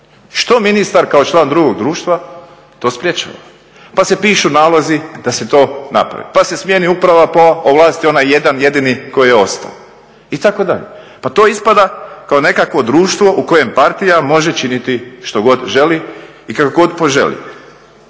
Što ministar kao član drugog društva to sprječava. Pa se pišu nalozi da se to napravi, pa se smijeni uprava pa ovlasti onaj jedan jedini koji je ostao itd.. Pa to ispada kao nekakvo društvo u kojem partija može činiti što god želi i kako god poželi.